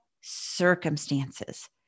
circumstances